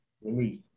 release